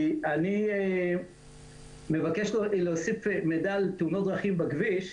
אני מבקש להוסיף מידע על תאונות דרכים בכביש.